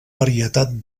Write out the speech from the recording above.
varietat